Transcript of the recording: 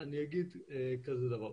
כזה דבר,